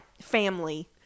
Family